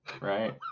Right